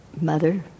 mother